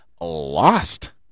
lost